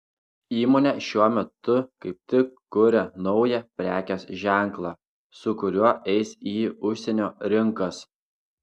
įmonė šiuo metu kaip tik kuria naują prekės ženklą su kuriuo eis į užsienio rinkas